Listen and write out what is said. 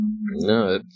no